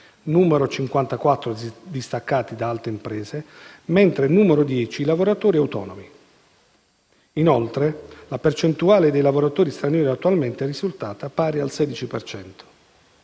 54 distaccati da altre imprese, mentre 10 sono i lavoratori autonomi. Inoltre la percentuale dei lavoratori stranieri attualmente è risultata pari al 16